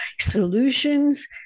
solutions